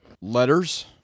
Letters